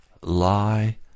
lie